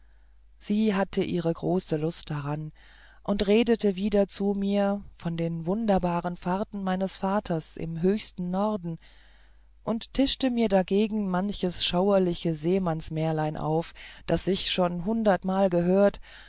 sie hatte ihre große lust daran und redete wieder zu mir von den wunderbaren fahrten meines vaters im höchsten norden und tischte mir dagegen manches schauerliche seemannsmärlein auf das ich schon hundertmal gehört